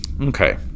Okay